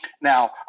Now